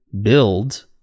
build